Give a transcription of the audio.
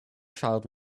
child